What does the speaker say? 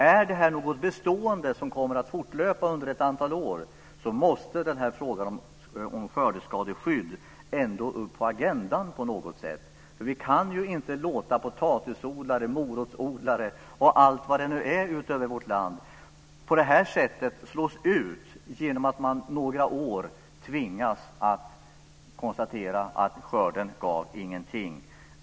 Är det här något bestående som kommer att fortlöpa under ett antal år, måste frågan om skördeskadeskydd ändå upp på agendan på något sätt. Vi kan ju inte låta potatisodlare, morotsodlare och allt vad det nu är ute i vårt land på det här sättet slås ut genom att man några år tvingas konstatera att skörden inte gav någonting.